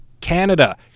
Canada